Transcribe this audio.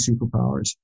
superpowers